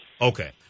Okay